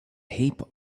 heap